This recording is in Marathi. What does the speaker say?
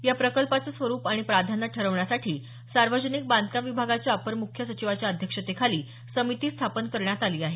या प्रकल्पाचं स्वरुप आणि प्राधान्य ठरवण्यासाठी सार्वजनिक बांधकाम विभागाच्या अप्पर मुख्य सचिवाच्या अध्यक्षतेखाली समिती स्थापन करण्यात आली आहे